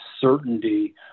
certainty